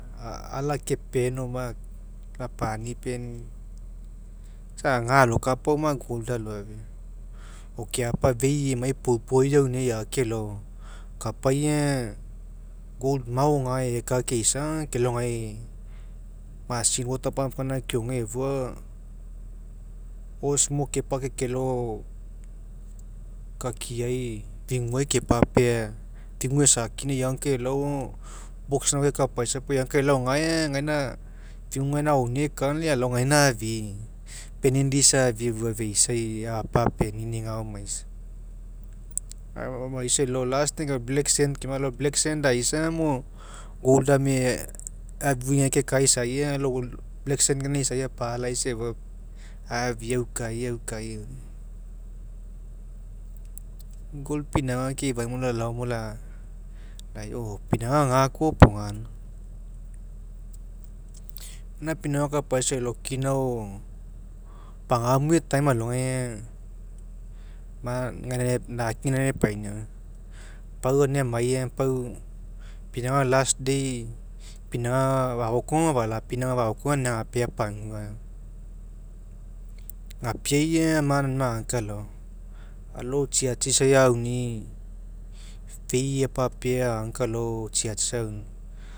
Ala kepea oma lapa'anipeni'i isa ga'alokapaoma gold aloafia o keapa fei emai poupu eaunia eake elao kapai aga gold mao gae eka laisa aga kelao gae machine water pump gaina keoma efua aga hose mo lapake kelao kakiai figuai kepapea figu e'suckinia eagaukae elao gae aga box gaina kekapaisa puo eagaukae elao gae aga gaina figu gaina auonia eka aga lai alao gaina afi'i panning dish afia efua feisai apa apenini ga'aaomaisa ga'aomaisa elao last black sand keoma alao black sand ais agamo gold ameafui gae keka aisai aga gae lo black sand aisa apa'alaisa efua afi'i aukai aukai. Gold pinauga keifania ma lalao mo lai a pinauga gakoa iopoga laoma. Gaina pinauga akapaisa elao kina ao pa'agamue time alogai aga man gaina naki gaina epainiau pau ia amai aga pau pinauga last day pinauga fafoko aga afalapinauga fafoko aga agapea pagua eoma gapiai aga man aunimai agaukae alao alao tsiatsia isai auni'i fei apapea agaukae alao tsiatsia